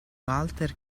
walter